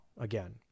again